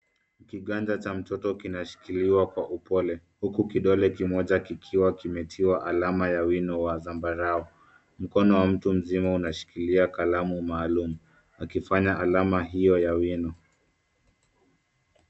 Kiganja cha mtoto kinashikiliwa kwa upole, huku Kidole kimoja kikiwa kimetiwa alama ya wino wa zambarau. Mkono wa mtu mzima unaashikilia kalamu maalum akifanya alama iyo ya wino.